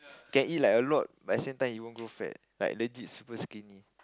can eat like a lot but at the same time he won't grow fat like legit super skinny